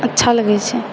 अच्छा लगैत छै